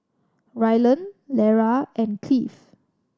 Rylan Lera and Cleave